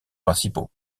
principaux